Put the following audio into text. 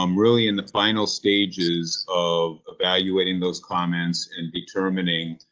um really in the final stages of evaluating those comments and determining.